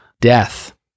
death